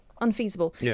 unfeasible